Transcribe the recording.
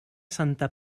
santa